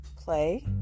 play